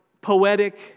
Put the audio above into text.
poetic